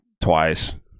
twice